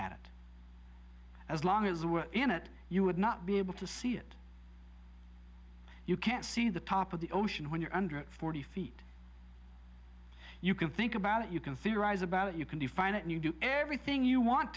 at it as long as we're in it you would not be able to see it you can't see the top of the ocean when you're under forty feet you can think about it you can theorize about it you can define it you do everything you want